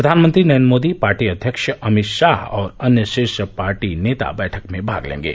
प्रधानमंत्री नरेंद्र मोदी पार्टी अध्यक्ष अमित शाह और अन्य शीर्ष पार्टी नेता बैठक में भाग लेंगे